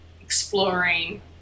exploring